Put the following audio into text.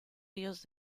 ríos